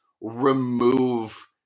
remove